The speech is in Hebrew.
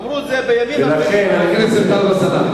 חבר הכנסת טלב אלסאנע,